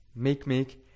Makemake